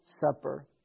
supper